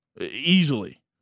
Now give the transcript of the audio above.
easily